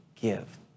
give